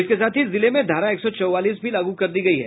इसके साथ ही जिले में धारा एक सौ चौवालीस भी लागू कर दी गयी है